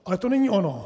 Ale to není ono.